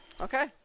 Okay